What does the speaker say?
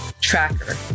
tracker